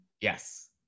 Yes